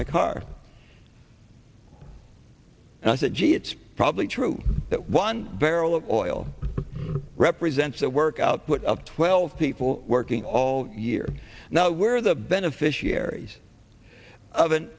my car and i said gee it's probably true that one barrel of oil represents a work output of twelve people working all year now where the beneficiaries of